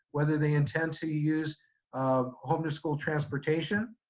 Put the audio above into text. whether they intend to use um home to school transportation.